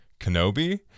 Kenobi